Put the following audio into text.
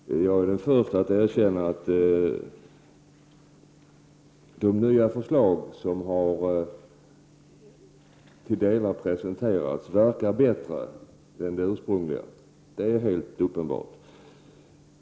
Herr talman! Jag är den första att erkänna att de nya förslag som till delar presenterats verkar vara bättre än de ursprungliga. Det är helt uppenbart.